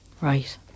Right